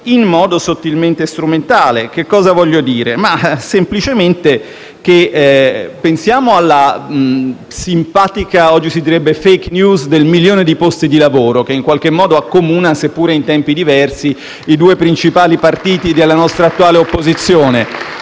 in modo sottilmente strumentale. Che cosa voglio dire? Semplicemente, pensiamo alla simpatica *fake news* - oggi si direbbe così - del milione dei posti di lavoro, che in qualche modo accomuna, seppure in tempi diversi, i due principali partiti della nostra attuale opposizione.